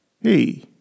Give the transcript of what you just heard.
Hey